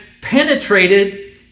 penetrated